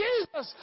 Jesus